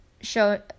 show